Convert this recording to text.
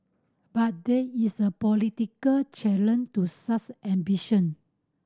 but there is a political challenge to such ambition